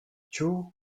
two